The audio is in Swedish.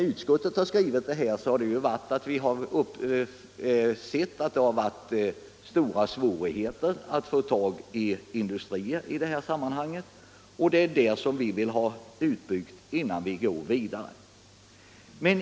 Utskottet har märkt att det har varit stora svårigheter att få tag på industrier i detta sammanhang. Den saken har utskottet velat ha utredd innan vi går vidare.